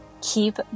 keep